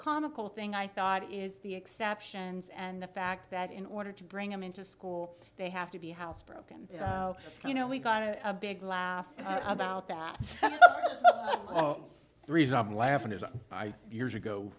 comical thing i thought is the exceptions and the fact that in order to bring them into school they have to be housebroken you know we got a big laugh about that and some reason i'm laughing is by years ago